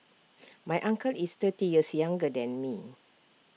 my uncle is thirty years younger than me